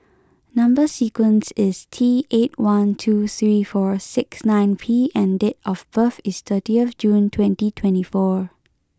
number sequence is T eight one two three four six nine P and date of birth is thirty June twenty twenty four